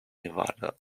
nevada